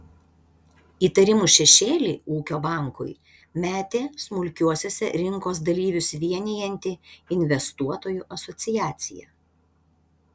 įtarimų šešėlį ūkio bankui metė smulkiuosiuose rinkos dalyvius vienijanti investuotojų asociacija